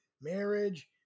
Marriage